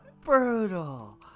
brutal